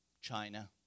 China